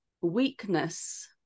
weakness